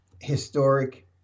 historic